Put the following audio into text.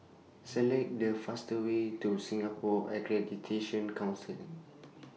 Select The fastest Way to Singapore Accreditation Council